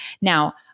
Now